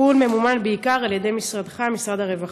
הטיפול ממומן בעיקר על ידי משרדך, משרד הרווחה.